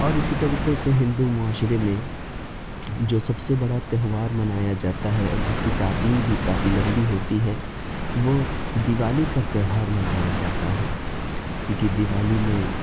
اور اسی طریقے سے ہندو معاشرے میں جو سب سے بڑا تہوار منایا جاتا ہے اور جس کی تعطیل بھی کافی لمبی ہوتی ہے وہ دیوالی کا تیوہار منایا جاتا ہے کیونکہ دیوالی میں